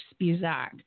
Spizak